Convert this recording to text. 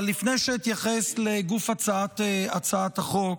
אבל לפני שאתייחס לגוף הצעת החוק,